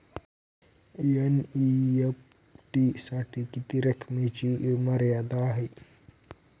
NEFT साठी किती रकमेची मर्यादा आहे?